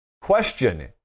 Question